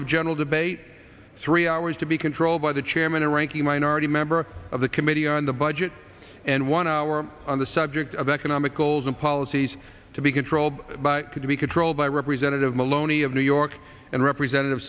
of general debate three hours to be controlled by the chairman and ranking minority member of the committee on the budget and one hour on the subject of economic goals and policies to be controlled by to be controlled by representative maloney of new york and representative